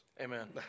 Amen